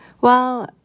Well-